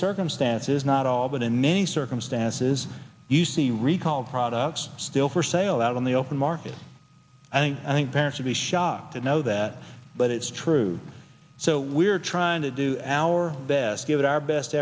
circumstances not all but in many circumstances you see recalls products still for sale out in the open market i think i think parents would be shocked to know that but it's true so we're trying to do our best give it our best